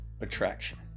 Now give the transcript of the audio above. attraction